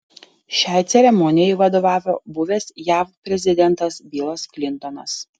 šiai ceremonijai vadovavo buvęs jav prezidentas bilas klintonas